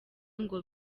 ngo